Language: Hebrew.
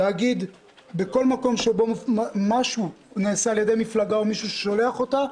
להגיד שבכל מקום שמשהו נעשה על ידי מפלגה או מישהו ששולח אותה,